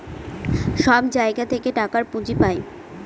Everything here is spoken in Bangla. সব জায়গা থেকে টাকার পুঁজি পাই